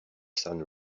sun